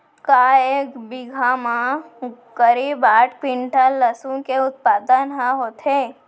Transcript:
का एक बीघा म करीब आठ क्विंटल लहसुन के उत्पादन ह होथे?